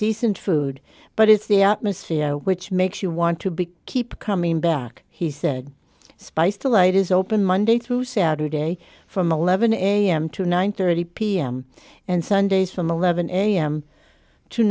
decent food but it's the atmosphere which makes you want to be keep coming back he said spice the light is open monday through saturday from eleven am to nine thirty pm and sundays from eleven am to